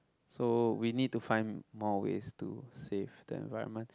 so we need to find more ways to save the environment